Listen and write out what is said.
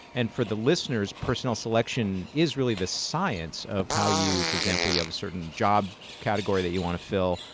and for the listeners, personnel selection is really the science of how you. for example, you have a certain job category that you want to fill.